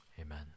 amen